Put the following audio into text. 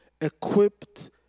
equipped